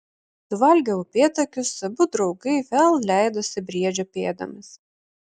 suvalgę upėtakius abu draugai vėl leidosi briedžio pėdomis